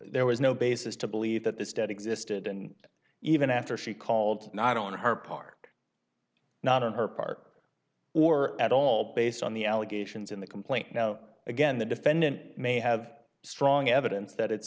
there was no basis to believe that this debt existed and even after she called not on her part not on her part or at all based on the allegations in the complaint now again the defendant may have strong evidence that it's